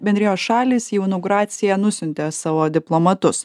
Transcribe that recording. bendrijos šalys į inauguraciją nusiuntė savo diplomatus